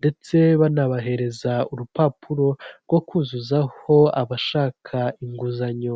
ndetse banabahereza urupapuro rwo kuzuzaho abashaka inguzanyo.